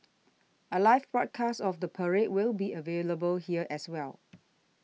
a live broadcast of the parade will be available here as well